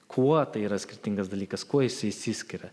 kuo tai yra skirtingas dalykas kuo jisai išsiskiria